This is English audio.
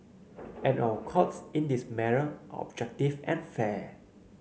and our Courts in this matter are objective and fair